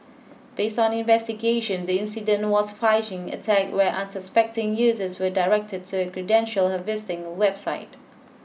based on investigation the incident was phishing attack where unsuspecting users were directed to a credential harvesting website